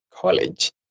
college